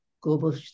Global